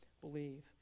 believe